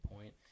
point